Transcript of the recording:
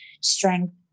strength